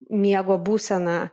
miego būsena